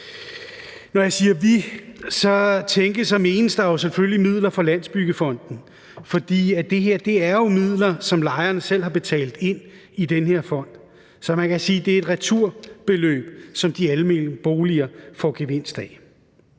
jeg selvfølgelig på midler fra Landsbyggefonden, for det her er jo midler, som lejerne selv har betalt ind i den her fond, så man kan sige, at det er et returbeløb, som de almene boliger får gevinst af.